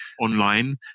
online